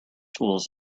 tools